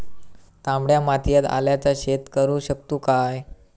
तामड्या मातयेत आल्याचा शेत करु शकतू काय?